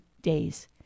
days